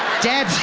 dead,